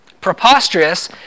Preposterous